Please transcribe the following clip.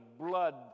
blood